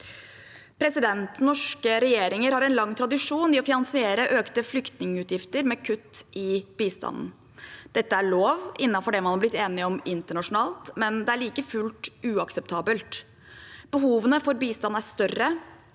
Norske regjeringer har en lang tradisjon i å finansiere økte flyktningutgifter med kutt i bistanden. Dette er lov innenfor det man er blitt enig om internasjonalt, men det er like fullt uakseptabelt. Behovene for bistand er større,